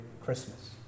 Christmas